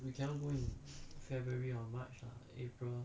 february